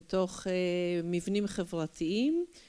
תוך מבנים חברתיים